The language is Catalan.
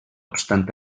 obstant